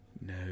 No